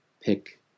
pick